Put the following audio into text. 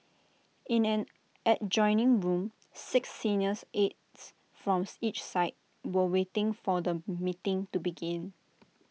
in an adjoining room six seniors aides from each side were waiting for the meeting to begin